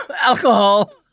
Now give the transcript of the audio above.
alcohol